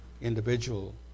individual